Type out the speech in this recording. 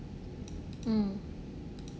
mm